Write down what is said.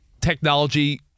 technology